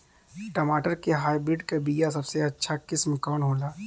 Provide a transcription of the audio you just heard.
टमाटर के हाइब्रिड क बीया सबसे अच्छा किस्म कवन होला?